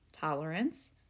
tolerance